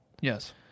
Yes